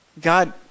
God